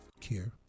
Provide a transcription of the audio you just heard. Care